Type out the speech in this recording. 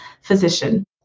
physician